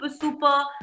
super